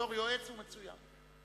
בתור יועץ הוא מצוין.